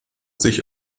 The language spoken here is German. sich